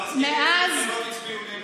תזכירי אילו מפלגות הצביעו נגד.